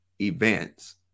events